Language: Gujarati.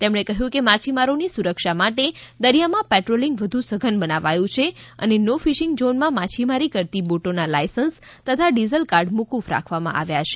તેમણે કહ્યું કે માછીમારોની સુરક્ષા માટે દરિયામાં પેટ્રોલીંગ વધુ સઘન બનાવાયું છે અને નો ફિશિંગ ઝોનમાં માછીમારી કરતી બોટોના લાઇસન્સ તથાડિઝેલ કાર્ડ મોક્ક રાખવામા આવ્યા છે